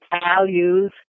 values